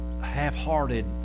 half-hearted